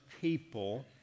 people